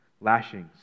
lashings